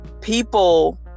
people